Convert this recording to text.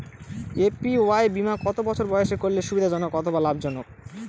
APY বীমা কত বছর বয়সে করলে সুবিধা জনক অথবা লাভজনক?